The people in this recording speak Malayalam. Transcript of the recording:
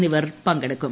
എന്നിവർ പങ്കെടുക്കും